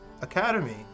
academy